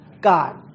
God